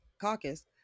caucus